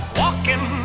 walking